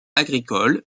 agricole